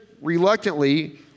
reluctantly